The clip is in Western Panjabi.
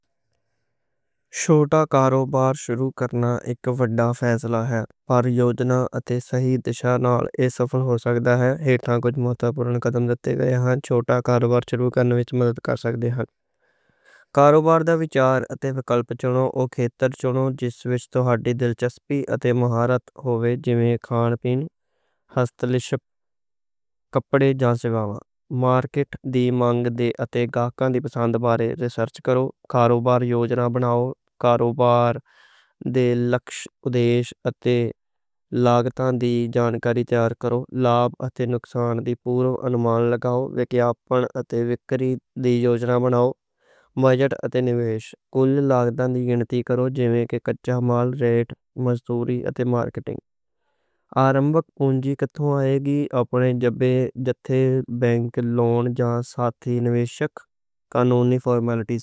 چھوٹا کاروبار شروع کرنا ایک بڑا فیصلہ ہے، پر یوجنا اتے صحیح دشا نال ایہ سفل ہو سکدا ہے۔ ہن تھے کچھ مہتوپورن قدم دیتے گئے نیں، چھوٹا کاروبار شروع کرنے وچ مدد کر سکتے نیں۔ کاروبار دا وچار اتے وچن پچھو، او کھتر پچھو جس وچ توہاڈی دلچسپی اتے مہارت ہووے، جیویں کھان پین، ہستشِلپ، کپڑے جاں سیوا۔ مارکیٹ دی مانگ لئی گاہکاں دی پسند بارے ریسرچ کرو، کاروبار یوجنا بناو، کاروبار دے لکھ ادیش اتے لاگتاں دی جانکاری جمع کرو۔ لابھ اتے نقصان دا پورو انومان لگاو، وگیہاپن اتے وکری دی یوجنا بناو۔ کاروبار لئی بجٹ تے لیگل کم لئی کل لاگتاں دی گنتی کرو، جیویں کچا مال، ریٹ، مزدوری۔ آرنبک پونجی کتھوں آئے گی — اپنے جیب توں، بنک، لون، جاں ساتھی — نیشنل کارونی فارمیلٹی سے آئے گی۔